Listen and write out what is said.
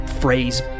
phrase